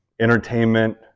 entertainment